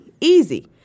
easy